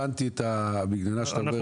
הבנתי את המגננה שלך,